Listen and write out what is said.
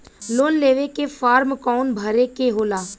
Loan लेवे के form कौन भरे के होला?